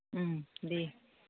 उम दे